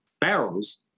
barrels